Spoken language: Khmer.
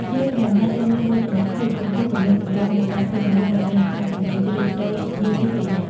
យើងម្នាក់ៗត្រូវមានមោទនភាពចំពោះទំនៀមទម្លាប់នៃការធ្វើម្ហូបដ៏មានអត្ថន័យជ្រាលជ្រៅមួយនេះជានិច្ច។